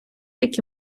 які